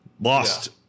Lost